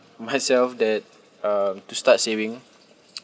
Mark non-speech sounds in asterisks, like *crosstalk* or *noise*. myself that um to start saving *noise*